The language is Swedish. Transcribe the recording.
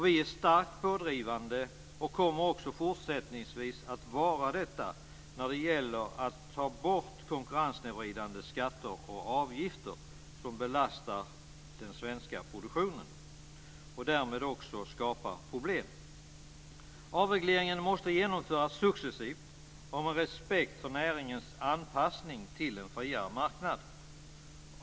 Vi är starkt pådrivande och kommer också fortsättningsvis att vara det vad gäller att få bort konkurrenssnedvridande skatter och avgifter som belastar den svenska produktionen och därmed också skapar problem. Avregleringen måste genomföras successivt och med respekt för näringens anpassning till en friare marknad.